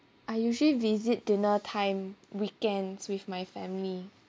I usually visit dinner time weekends with my family